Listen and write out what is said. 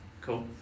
Cool